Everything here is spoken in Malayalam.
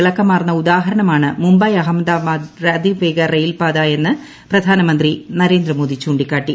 തിളക്കി പ്പോൾ മുംബൈ അഹമ്മദാബാദ് അതിവേഗ റെയിൽപാത എന്ന് പ്രധാന മന്ത്രി നരേന്ദ്രമോദി ചൂണ്ടിക്കാട്ടി